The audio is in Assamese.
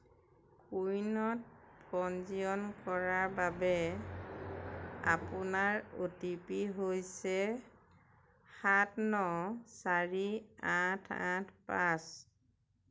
কোৱিনত পঞ্জীয়ন কৰাৰ বাবে আপোনাৰ অ' টি পি হৈছে সাত ন চাৰি আঠ আঠ পাঁচ